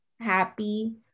Happy